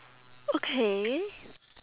okay